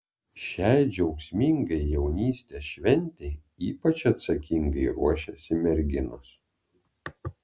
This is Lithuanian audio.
šiai džiaugsmingai jaunystės šventei ypač atsakingai ruošiasi merginos